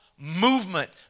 movement